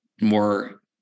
more